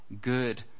good